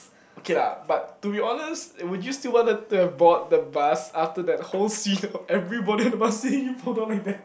okay lah but to be honest would you still wanted to have board the bus after that whole scene of everybody on the bus seeing you fall down like that